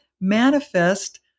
manifest